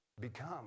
become